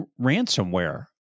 ransomware